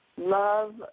Love